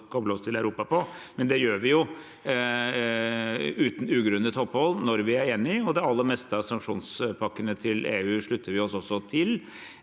å koble oss til Europa på. Det gjør vi uten ugrunnet opphold når vi er enig, og de aller fleste av sanksjonspakkene til EU slutter vi oss også til.